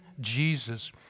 Jesus